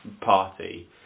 party